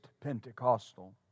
pentecostal